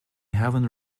haven’t